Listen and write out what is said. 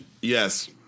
Yes